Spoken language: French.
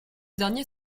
dernier